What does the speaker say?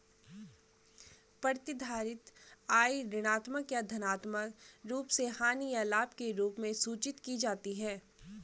प्रतिधारित आय ऋणात्मक या धनात्मक रूप से हानि या लाभ के रूप में सूचित की जाती है